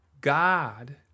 God